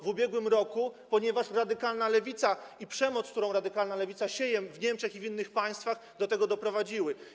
w ubiegłym roku płonął, ponieważ radykalna lewica i przemoc, którą radykalna lewica sieje w Niemczech i w innych państwach, do tego doprowadziły.